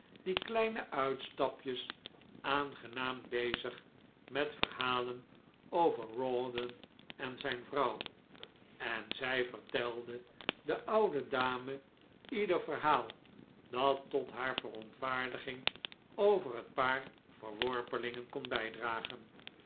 die kleine uitstapjes aangenaam bezig met verhalen over rawdon en zijn vrouw en zij vertelde de oude dame ieder verhaal dat tot haar verontwaardiging over het paar verworpelingen kon bijdragen